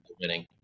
winning